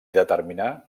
determinà